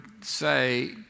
say